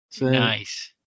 Nice